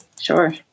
Sure